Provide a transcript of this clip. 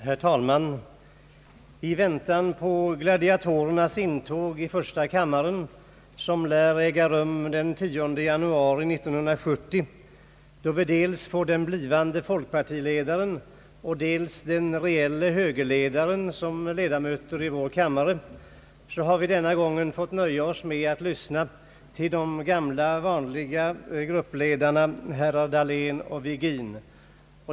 Herr talman! I väntan på »gladiatorernas» intåg i första kammaren, som lär äga rum den 10 januari 1970, då dels den blivande folkpartiledaren, dels den reelle högerledaren blir ledamöter i vår kammare, har vi denna gång fått nöja oss med att lyssna till de vanliga gruppledarna, herrar Dahlén och Virgin.